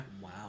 Wow